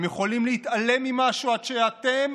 הם יכולים להתעלם ממשהו עד שאתם,